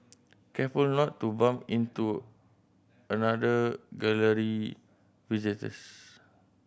careful not to bump into another Gallery visitors